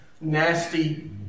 nasty